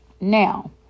Now